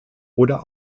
oder